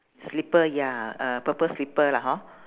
slipper ya uh purple slipper lah hor